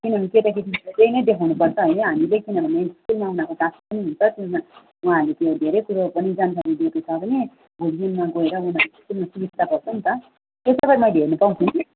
किनभने केटा केटीहरूले त्यही नै देखाउनु पर्छ होइन हामीले किनभने स्कुलमा उनीहरू पनि हुन्छ उहाँहरूले त्यो धेरै कुरो पनि जानकारी दिएको छ भने भोलिको दिनमा गएर स्कुलमा सुबिस्ता पर्छ नि त त्यो सबै मैले हेर्नु पाउँछु